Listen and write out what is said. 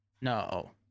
No